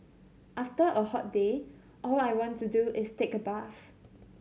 after a hot day all I want to do is take a bath